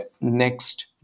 next